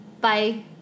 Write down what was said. Bye